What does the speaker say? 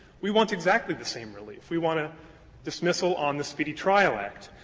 we want exactly the same relief. we want a dismissal on the speedy trial act.